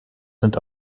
sind